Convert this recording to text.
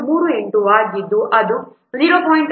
35 ಮತ್ತು ಎಂಬೆಡೆಡ್ಗೆ ಇದು 0